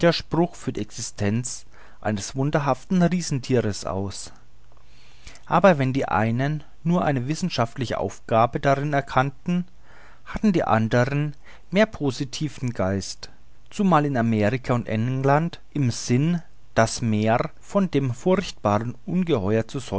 für die existenz eines wunderhaften riesenthieres aus aber wenn die einen nur eine wissenschaftliche aufgabe darin erkannten hatten die andern mehr po sitive geister zumal in amerika und england im sinn das meer von dem furchtbaren ungeheuer